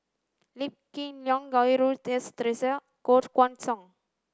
Lee Kip Lin Goh Rui Si Theresa and Koh Guan Song